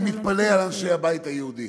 אני מתפלא על אנשי הבית היהודי